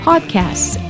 podcasts